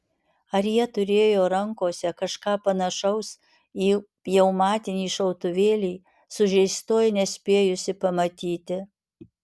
ar jie turėjo rankose kažką panašaus į pneumatinį šautuvėlį sužeistoji nespėjusi pamatyti